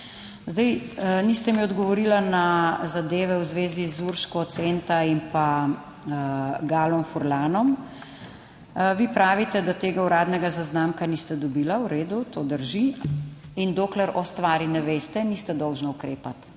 Zdaj, niste mi odgovorila na zadeve v zvezi z Urško Centa in pa Galom Furlanom. Vi pravite, da tega uradnega zaznamka niste dobila, v redu, to drži in dokler o stvari ne veste, niste dolžni ukrepati,